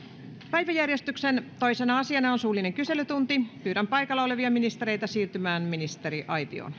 päiväjärjestyksen toisena asiana on suullinen kyselytunti pyydän paikalla olevia ministereitä siirtymään ministeriaitioon